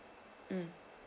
mm